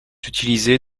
utilisées